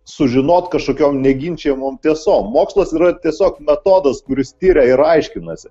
sužinot kažkokiom neginčijamom tiesom mokslas yra tiesiog metodas kuris tiria ir aiškinasi